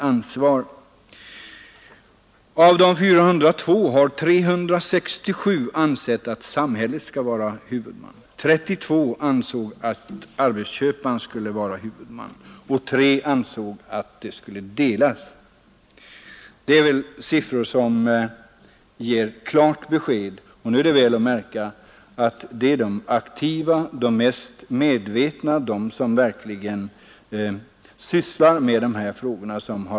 Av de 402 tillfrågade ansåg 367 att samhället skall vara huvudman, 32 ansåg att arbetsköparen skall vara huvudman och 3 ansåg att ansvaret skall vara delat. Detta är väl siffror som ger klart besked. Och då är att märka att de som uttalade sig var de mest aktiva och medvetna, de som verkligen sysslar med dessa frågor.